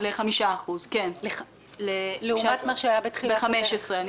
ל-5% לעומת מה שהיה ב-2015.